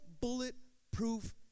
bulletproof